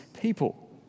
people